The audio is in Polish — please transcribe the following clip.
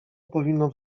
powinno